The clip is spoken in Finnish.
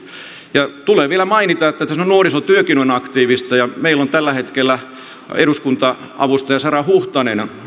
ja tulee vielä mainita että nuorisotyökin on aktiivista ja meillä on tällä hetkellä eduskunta avustaja sara huhtanen